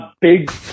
big